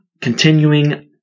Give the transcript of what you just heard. continuing